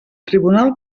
tribunal